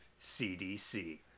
CDC